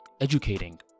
educating